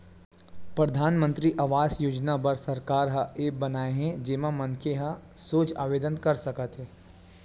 परधानमंतरी आवास योजना बर सरकार ह ऐप बनाए हे जेमा मनखे ह सोझ आवेदन कर सकत हे